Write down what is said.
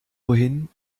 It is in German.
wohin